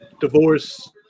divorce